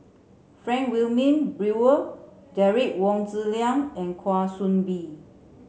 Frank Wilmin Brewer Derek Wong Zi Liang and Kwa Soon Bee